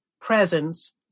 presence